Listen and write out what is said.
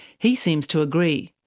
he seems to agree.